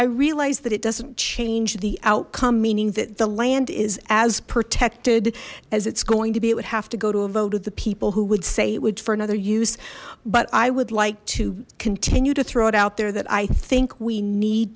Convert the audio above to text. i realized that it doesn't change the outcome meaning that the land is as protected as it's going to be it would have to go to a vote of the people who would say it would for another use but i would like to continue to throw it out there that i think we need